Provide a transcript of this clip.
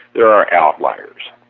they are are outliers